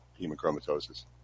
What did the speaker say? hemochromatosis